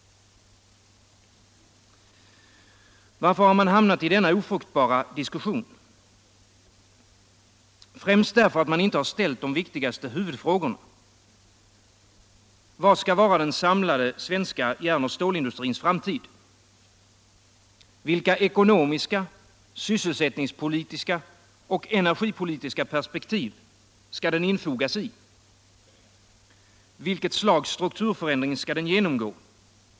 Varför har man hamnat i denna ofruktbara diskussion? Främst därför att man inte har ställt de viktigaste huvudfrågorna: Vad skall vara den samlade svenska järnoch stålindustrins framtid? Vilka ekonomiska, sysselsättningspolitiska och energipolitiska perspektiv skall den infogas i? Vilket slags strukturförändring skall den genomgå?